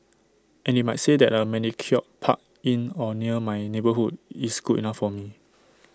and they might say that A manicured park in or near my neighbourhood is good enough for me